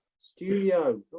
Studio